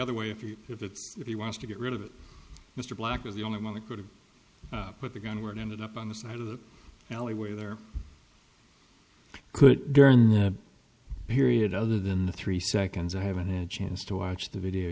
other way if you if it's if he wants to get rid of it mr black was the only one that could have put the gun where it ended up on the side of the alleyway there could during the period other than the three seconds i haven't had a chance to watch the video